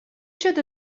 ket